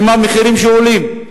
הם המחירים שעולים.